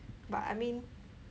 but I mean